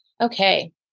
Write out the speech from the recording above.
Okay